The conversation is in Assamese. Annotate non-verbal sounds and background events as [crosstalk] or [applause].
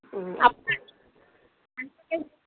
[unintelligible]